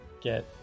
get